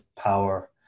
power